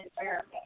America